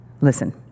listen